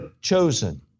chosen